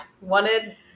Wanted